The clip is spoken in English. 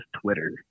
Twitter